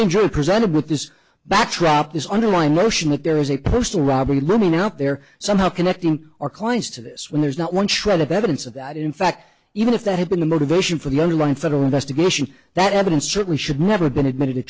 simply presented with this backdrop this underlying notion that there is a postal robbery looming out there somehow connecting our clients to this when there's not one shred of evidence of that in fact even if that had been the motivation for the underlying federal investigation that evidence certainly should never have been admitted